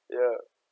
ya